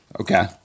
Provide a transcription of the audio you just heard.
Okay